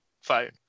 phone